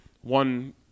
One